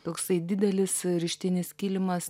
toksai didelis rištinis kilimas